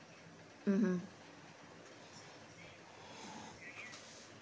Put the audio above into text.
mmhmm